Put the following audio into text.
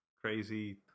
crazy